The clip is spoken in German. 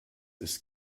ist